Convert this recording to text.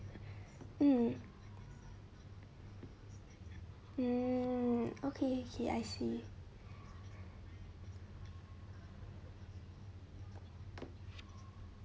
mm mm okay okay I see